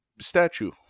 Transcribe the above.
statue